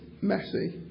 messy